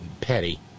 petty